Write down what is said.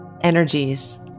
energies